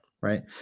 Right